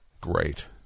Great